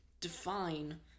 define